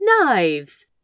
knives